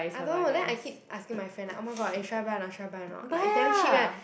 I don't know then I keep asking my friend like oh my god eh should I buy not should I buy not like damn cheap eh